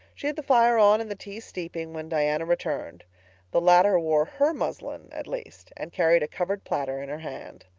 she had the fire on and the tea steeping when diana returned the latter wore her muslin, at least, and carried a covered platter in her hand.